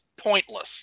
pointless